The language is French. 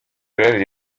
elle